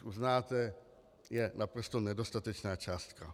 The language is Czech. Což uznáte, je naprosto nedostatečná částka.